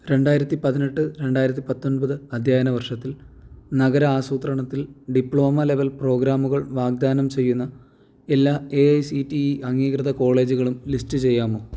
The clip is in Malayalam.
രണ്ടായിരത്തി പതിനെട്ട് രണ്ടായിരത്തി പത്തൊൻപത് അദ്ധ്യായന വർഷത്തിൽ നഗര ആസൂത്രണത്തിൽ ഡിപ്ലോമ ലെവൽ പ്രോഗ്രാമുകൾ വാഗ്ദാനം ചെയ്യുന്ന എല്ലാ A I C T E അംഗീകൃത കോളേജുകളും ലിസ്റ്റ് ചെയ്യാമോ